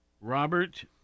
Robert